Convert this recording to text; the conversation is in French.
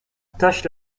tache